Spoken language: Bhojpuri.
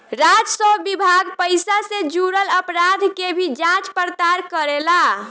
राजस्व विभाग पइसा से जुरल अपराध के भी जांच पड़ताल करेला